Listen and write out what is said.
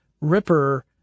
ripper